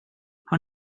har